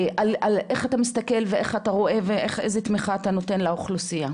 איך אתה מסתכל ואיך אתה רואה ואיזה תמיכה אתה נותן לאוכלוסייה.